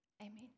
Amen